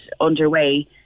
underway